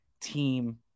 team